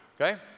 okay